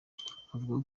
avuga